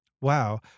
Wow